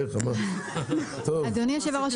אדוני היושב-ראש.